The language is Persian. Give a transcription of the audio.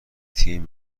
تیم